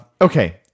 Okay